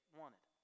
wanted